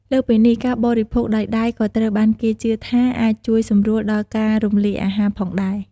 លើសពីនេះ ការបរិភោគដោយដៃក៏ត្រូវបានគេជឿថាអាចជួយសម្រួលដល់ការរំលាយអាហារផងដែរ។